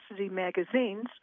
magazines